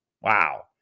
Wow